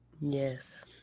Yes